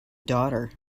daughter